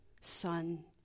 son